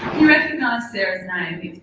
you recognise sarah's name,